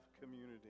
community